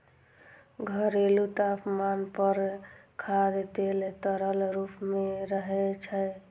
घरेलू तापमान पर खाद्य तेल तरल रूप मे रहै छै